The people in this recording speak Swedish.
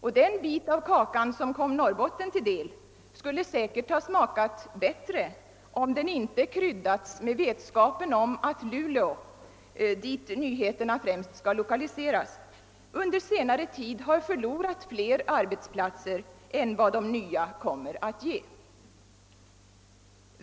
Men den del av kakan som kom Norrbotten till del skulle säkert ha smakat bättre om den inte kryddats med vetskapen om att Luleå, dit förbättringarna främst skall lokaliseras, under senare tid har förlorat fler arbetsplatser än de nya som tillkommer.